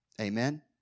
Amen